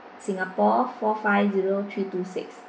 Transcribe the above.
singapore four five zero three two six